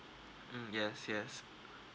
mm yes yes